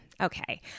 Okay